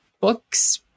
books